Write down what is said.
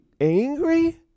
angry